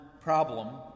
problem